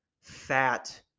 fat